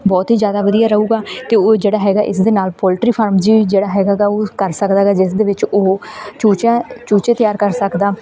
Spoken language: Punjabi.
ਬਹੁਤ ਹੀ ਜ਼ਿਆਦਾ ਵਧੀਆ ਰਹੂਗਾ ਅਤੇ ਉਹ ਜਿਹੜਾ ਹੈਗਾ ਇਸਦੇ ਨਾਲ ਪੋਲਟਰੀ ਫਾਰਮ ਵੀ ਜਿਹੜਾ ਹੈਗਾ ਗਾ ਉਹ ਕਰ ਸਕਦਾ ਹੈਗਾ ਗਾ ਜਿਸ ਦੇ ਵਿੱਚ ਉਹ ਚੂਚਿਆਂ ਚੂਚੇ ਤਿਆਰ ਕਰ ਸਕਦਾ